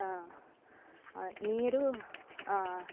ನೀರು